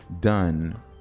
done